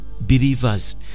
believers